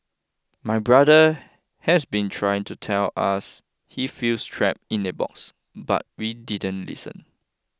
my brother has been trying to tell us he feels trapped in a box but we didn't listen